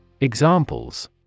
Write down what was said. Examples